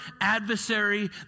adversary